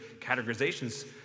categorizations